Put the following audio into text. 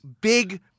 Big